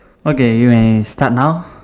okay you may start now